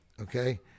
okay